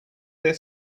there